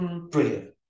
brilliant